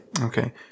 Okay